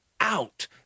out